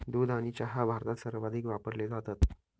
दूध आणि चहा भारतात सर्वाधिक वापरले जातात